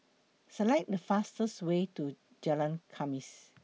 Select The fastest Way to Jalan Khamis